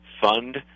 fund